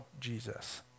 Jesus